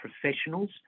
professionals